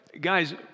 guys